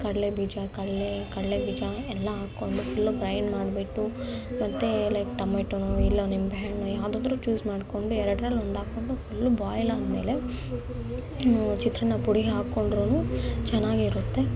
ಕಡಲೇ ಬೀಜ ಕಲ್ಲೆ ಕಡಲೇ ಬೀಜ ಎಲ್ಲ ಹಾಕೊಂಡು ಫುಲ್ಲು ಗ್ರೈಂಡ್ ಮಾಡ್ಬಿಟ್ಟು ಮತ್ತೆ ಲೈಕ್ ಟಮೆಟೊನೋ ಇಲ್ಲ ನಿಂಬೆ ಹಣ್ಣು ಯಾವುದಾದ್ರು ಚೂಸ್ ಮಾಡಿಕೊಂಡು ಎರಡ್ರಲ್ಲಿಒಂದು ಹಾಕೊಂಡು ಫುಲ್ಲು ಬಾಯ್ಲ್ ಆದಮೇಲೆ ಚಿತ್ರಾನ್ನ ಪುಡಿ ಹಾಕ್ಕೊಂಡ್ರೂ ಚೆನ್ನಾಗಿರುತ್ತೆ